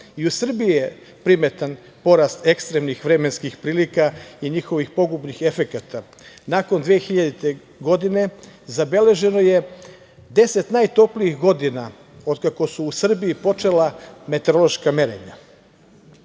I u Srbiji je primetan porast ekstremnih vremenskih prilika i njihovih pogubnih efekata. Nakon 2000. godine, zabeleženo je 10 najtoplijih godina od kako su u Srbiji počela meteorološka merenja. Doprinos